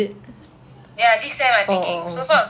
ya this semester I taking so far okay ya